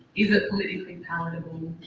is it politically palatable?